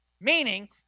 Meaning